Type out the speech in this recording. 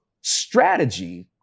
strategy